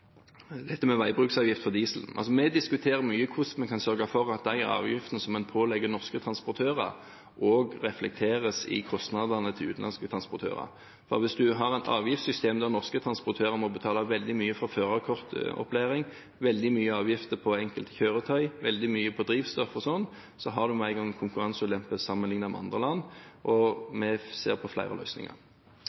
dette med veibruksavgift for diesel, diskuterer vi mye hvordan vi kan sørge for at de avgiftene som en pålegger norske transportører, også reflekteres i kostnadene til utenlandske transportører. Hvis du har et avgiftssystem der norske transportører må betale veldig mye for førerkortopplæring, der det er veldig store avgifter på enkelte kjøretøy og på drivstoff, har du med en gang en konkurranseulempe sammenlignet med andre land. Vi ser på flere løsninger.